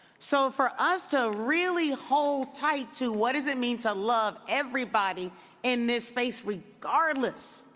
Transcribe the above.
so for us to really hold tight to what does it mean to love everybody in this space, regardless,